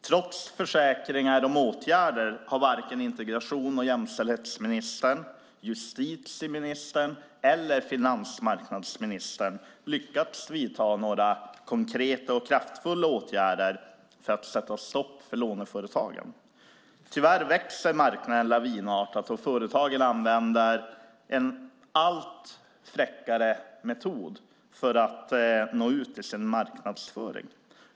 Trots försäkringar om åtgärder har varken integrations och jämställdhetsministern, justitieministern eller finansmarknadsministern lyckats vidta några konkreta och kraftfulla åtgärder för att sätta stopp för låneföretagen. Tyvärr växer marknaden lavinartat och företagen använder en allt fräckare metod för att nå ut med sin marknadsföring.